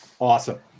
Awesome